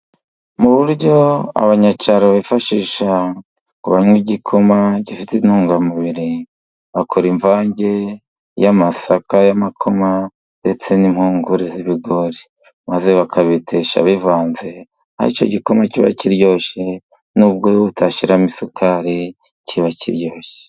Mu buryo abanyacyaro bifashisha ngo banywe igikoma gifite intungamubiri, bakora imvange y'amasaka y'amakoma ndetse n'impugure z'ibigori. maze bakabetesha bivanze, aho icyo gikoba kiba kiryoshye, n'ubwo utashyiramo isukari, kiba kiryoshye.